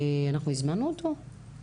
אנחנו הזמנו אותו?